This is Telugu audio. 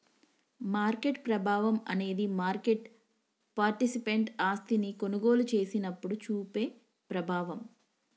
మార్కెట్ ప్రభావం అనేది మార్కెట్ పార్టిసిపెంట్ ఆస్తిని కొనుగోలు చేసినప్పుడు చూపే ప్రభావం